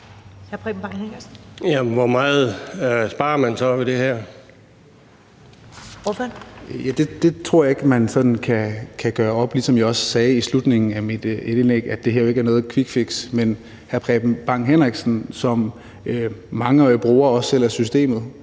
Kl. 13:26 Bjørn Brandenborg (S): Det tror jeg ikke man sådan kan gøre op, og som jeg også sagde i slutningen af mit indlæg, er det her jo ikke noget quickfix. Men hr. Preben Bang Henriksen ved som mangeårig bruger af systemet